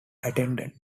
attended